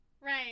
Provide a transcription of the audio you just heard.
Right